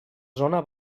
zona